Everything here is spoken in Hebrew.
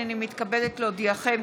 הינני מתכבדת להודיעכם,